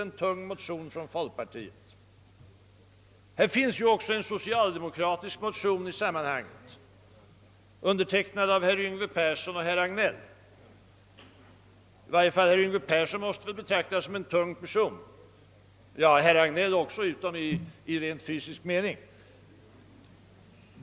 Men det finns ju i den na fråga också en socialdemokratisk motion, undertecknad av herrar Yngve Persson och Hagnell. Båda dessa herrar får väl betraktas som tunga personer — herr Hagnell dock icke i rent fysisk mening.